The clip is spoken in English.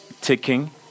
ticking